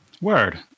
Word